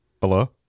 Hello